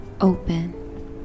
OPEN